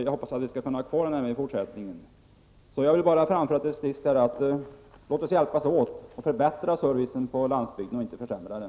Jag hoppas att den skall finnas kvar även i fortsättningen. Till sist: Låt oss hjälpas åt för att förbättra servicen på landsbygden och inte försämra den!